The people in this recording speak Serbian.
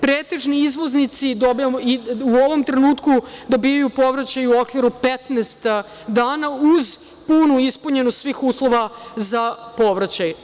Pretežni izvoznici u ovom trenutku dobijaju povraćaj u okviru 15 dana, uz punu ispunjenost svih uslova za povraćaj.